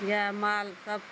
गैआ माल सब